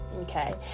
okay